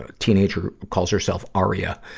ah teenager who calls herself aria.